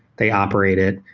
they operate it.